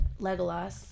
Legolas